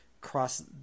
cross